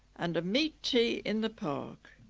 and a meat tea in the park,